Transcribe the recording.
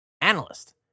analyst